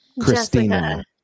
christina